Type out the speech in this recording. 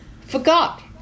forgot